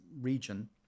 region